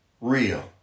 real